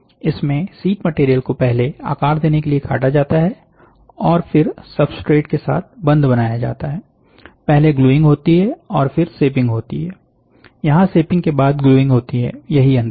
इसमें sheet material को पहले आकार देने के लिए काटा जाता है और फिर सबस्ट्रेट के साथ बंध बनाया जाता है पहले ग्लूइंग होती है और फिर शेपिंग होती है यहां शेपिंग के बाद ग्लूइंग होती है यही अंतर है